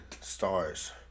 stars